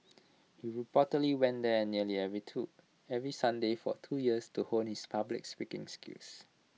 he reportedly went there nearly every to every Sunday for two years to hone his public speaking skills